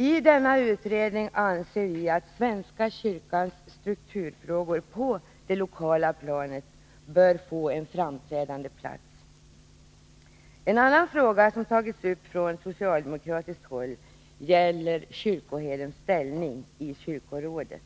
Vi anser att svenska kyrkans strukturfrågor på det lokala planet bör få en framträdande plats i en sådan utredning. En annan fråga som tagits upp från socialdemokratiskt håll avser kyrkoherdens ställning i kyrkorådet.